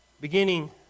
Beginning